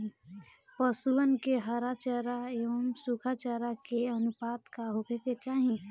पशुअन के हरा चरा एंव सुखा चारा के अनुपात का होखे के चाही?